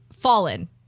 fallen